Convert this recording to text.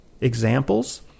examples